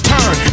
Turn